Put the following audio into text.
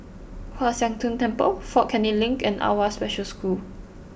Kwan Siang Tng Temple Fort Canning Link and Awwa Special School